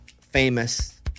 famous